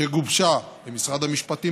שגובשה במשרד המשפטים,